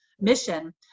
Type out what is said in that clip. mission